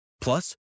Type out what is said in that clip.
Plus